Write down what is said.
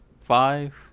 five